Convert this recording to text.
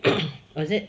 oh is it